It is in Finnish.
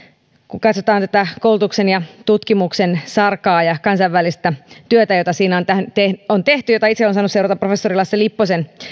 kun katsotaan tätä koulutuksen ja tutkimuksen sarkaa ja kansainvälistä työtä jota siinä on tehty jota itse olen saanut seurata professori lasse lipposen